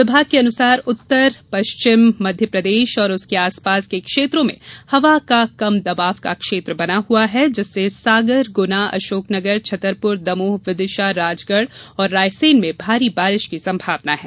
विभाग के अनुसार उत्तर पश्चिम मध्य प्रदेश और उसके आसपास के क्षेत्रों में हवा का कम दबाव का क्षेत्र बना हुआ है जिससे सागर गुना अशोकनगर छतरपुर दमोह विदिशा राजगढ़ और रायसेन में भारी बारिश की संभावना है